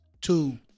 two